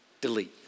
delete